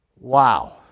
Wow